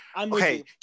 Okay